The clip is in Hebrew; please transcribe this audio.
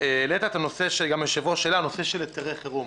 את הנושא של היתרי חירום.